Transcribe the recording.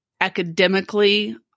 academically